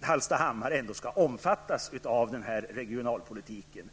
Hallstahammar ändå skall omfattas av den regionalpolitiken.